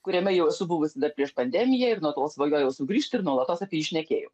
kuriame jau esu buvusi dar prieš pandemiją ir nuo tol svajojau sugrįžti ir nuolatos apie jį šnekėjau